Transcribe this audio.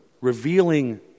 revealing